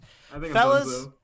fellas